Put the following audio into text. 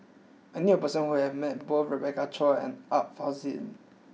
I knew a person who has met both Rebecca Chua and Art Fazil